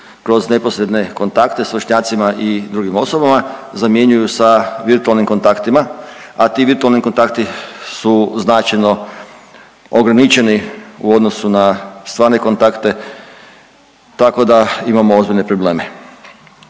kroz neposredne kontakte s vršnjacima i drugim osobama zamjenjuju sa virtualnim kontaktima, a ti virtualni kontakti su značajno ograničeni u odnosu na stvarne kontakte tako da imamo ozbiljne probleme.